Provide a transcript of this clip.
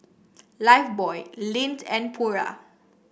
lifebuoy Lindt and Pura